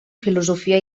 filosofia